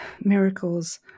Miracles